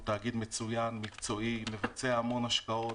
הוא תאגיד מצוין, מקצועי, מבצע המון השקעות.